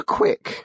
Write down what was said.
Quick